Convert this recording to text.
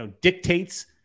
dictates